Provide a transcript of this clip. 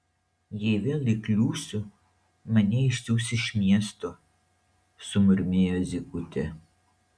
jei vėl įkliūsiu mane išsiųs iš miesto sumurmėjo zykutė